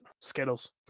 Skittles